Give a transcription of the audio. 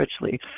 richly